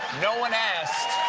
no one asked.